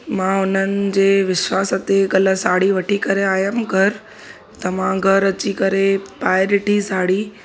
मां उन्हनि जे विश्वासु ते कल्ह साड़ी वठी करे आयमि घरु त मां घरु अची करे पाए ॾिठी साड़ी